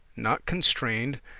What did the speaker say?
not constrained,